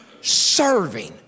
serving